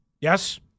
Yes